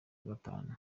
gatanu